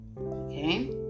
okay